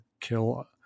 kill